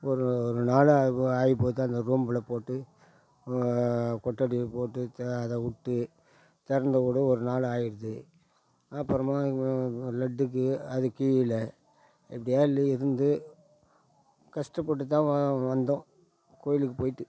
ஒரு ஒரு நாள் ஆகும் ஆகிப்போது அந்த ரூமில் போட்டு கொட்டடியில் போட்டு தெ அதைவிட்டு திறந்து விட ஒரு நாள் ஆகிடுது அப்புறமா இவன் லட்டுக்கு அது கியூவில் எப்படியோ அதில் இருந்து கஷ்டப்பட்டுதான் வ வந்தோம் கோயிலுக்கு போய்விட்டு